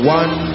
one